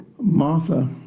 Martha